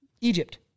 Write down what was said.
Egypt